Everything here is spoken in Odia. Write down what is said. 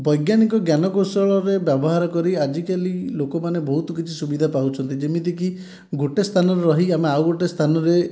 ବୈଜ୍ଞାନିକ ଜ୍ଞାନକୌଶଳରେ ବ୍ୟବହାର କରି ଆଜିକାଲି ଲୋକମାନେ ବହୁତ କିଛି ସୁବିଧା ପାଉଛନ୍ତି ଯେମିତିକି ଗୋଟିଏ ସ୍ଥାନରେ ରହିକି ଆମେ ଆଉ ଗୋଟିଏ ସ୍ଥାନରେ